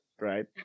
right